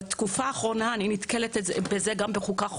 בתקופה האחרונה אני נתקלת בזה גם בוועדת חוקה,